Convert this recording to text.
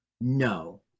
No